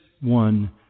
one